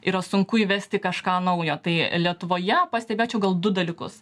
yra sunku įvesti kažką naujo tai lietuvoje pastebėčiau gal du dalykus